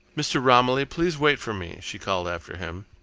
mr. romilly, please wait for me, she called after him.